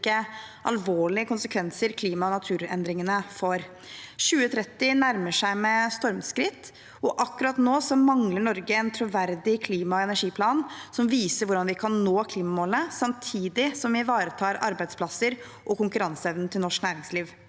alvorlige konsekvenser klima- og naturendringene får. 2030 nærmer seg med stormskritt, og akkurat nå mangler Norge en troverdig klima- og energiplan som viser hvordan vi kan nå klimamålene samtidig som vi ivaretar arbeidsplasser og konkurranseevnen til norsk næringsliv.